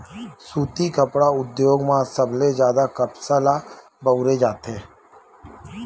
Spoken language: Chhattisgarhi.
सुती कपड़ा उद्योग म सबले जादा कपसा ल बउरे जाथे